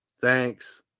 thanks